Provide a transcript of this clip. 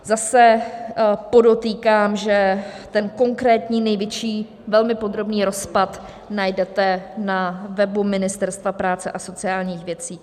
Zase podotýkám, že ten konkrétní největší, velmi podrobný rozpad najdete na webu Ministerstva práce a sociálních věcí.